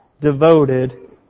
devoted